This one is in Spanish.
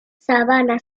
sabana